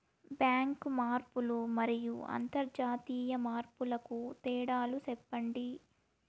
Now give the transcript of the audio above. Bank మార్పులు మరియు అంతర్జాతీయ మార్పుల కు తేడాలు సెప్పండి?